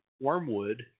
wormwood